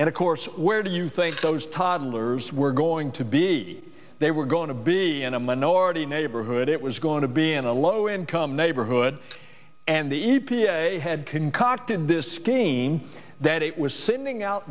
and of course where do you think those toddlers were going to be they were going to be in a minority neighborhood it was going to be in a low income neighborhood and the e p a had concocted this scheme that it was sending out